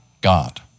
God